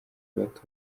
bato